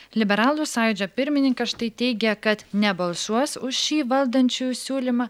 liberalų sąjūdžio pirmininkas štai teigia kad nebalsuos už šį valdančiųjų siūlymą